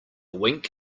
wink